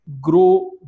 grow